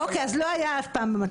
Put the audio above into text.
אוקיי, לא היה מעולם במצע.